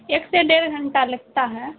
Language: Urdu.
ایک سے ڈیرھ گھنٹہ لگتا ہے